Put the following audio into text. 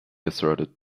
asserted